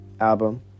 album